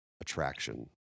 attraction